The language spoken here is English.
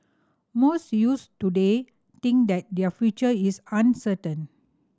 most youths today think that their future is uncertain